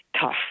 tough